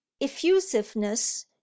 effusiveness